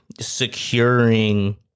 securing